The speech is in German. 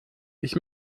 ich